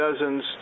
dozens